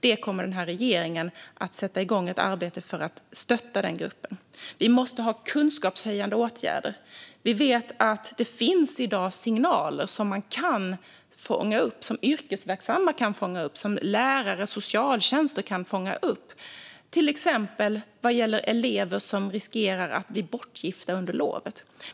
Regeringen kommer att sätta igång ett arbete för att stötta denna grupp. Vi måste ha kunskapshöjande åtgärder. Vi vet att det i dag finns signaler som yrkesverksamma i skola och socialtjänst kan fånga upp. Det gäller till exempel elever som riskerar att bli bortgifta under lov.